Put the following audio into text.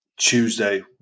Tuesday